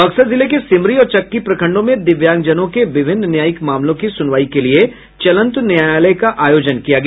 बक्सर जिले के सिमरी और चक्की प्रखंडों में दिव्यांगजनों के विभिन्न न्यायिक मामलों की सुनवाई के लिये चलंत न्यायालय का आयोजन किया गया